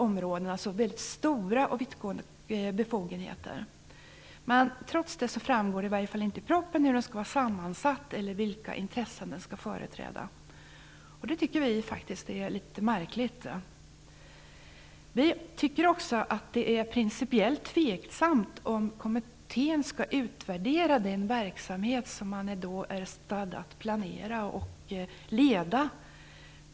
Det är alltså fråga om väldigt stora och vittgående befogenheter. Men trots detta framgår det inte av propositionen hur kommittén skall vara sammansatt eller vilka intressen som den skall företräda. Det är litet märkligt. Vi tycker också att det är principiellt tveksamt om kommittén skall utvärdera den verksamhet som man är stadd att planera och leda.